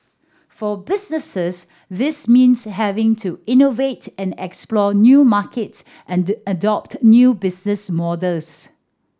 for businesses this means having to innovate and explore new markets and adopt new business models